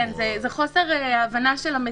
כן, זה חוסר הבנה של המציאות.